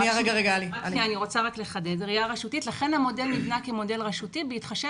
לכן המודל נבנה כמודל רשותי בהתחשב